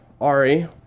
Ari